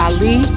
Ali